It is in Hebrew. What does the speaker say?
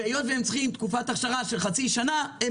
והיות והם צריכים תקופת הכשרה של חצי שנה הם